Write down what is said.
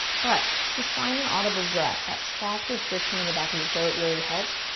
but just find an audible breath, that soft restriction in the back of the throat really helps,